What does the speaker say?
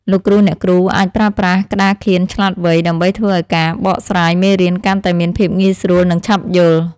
លោកគ្រូអ្នកគ្រូអាចប្រើប្រាស់ក្តារខៀនឆ្លាតវៃ ដើម្បីធ្វើឱ្យការបកស្រាយមេរៀនកាន់តែមានភាពងាយស្រួលនិងឆាប់យល់។